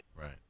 Right